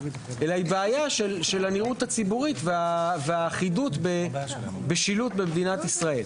אלא היא בעיה של הנראות הציבורית והאחידות בשילוט במדינת ישראל.